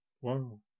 Wow